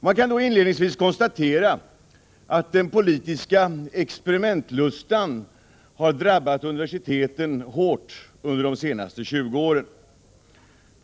Man kan då inledningsvis konstatera att den politiska experimentlusten har drabbat universiteten hårt under de senaste 20 åren.